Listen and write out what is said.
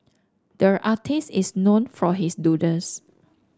there artist is known for his doodles